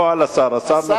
לא על השר.